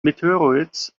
meteorites